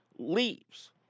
leaves